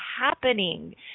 happening